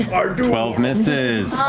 twelve misses.